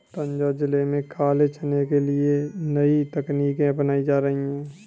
तंजौर जिले में काले चने के लिए नई तकनीकें अपनाई जा रही हैं